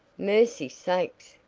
mercy sakes!